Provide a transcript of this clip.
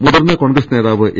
മുതിർന്ന കോൺഗ്രസ് നേതാവ് എ